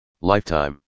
lifetime